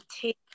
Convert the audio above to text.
take